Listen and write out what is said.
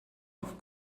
auf